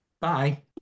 Bye